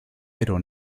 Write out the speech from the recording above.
pero